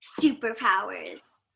superpowers